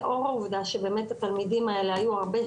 באמת לאור העובדה שהתלמידים האלה היו הרבה